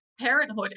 parenthood